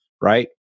right